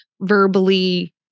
verbally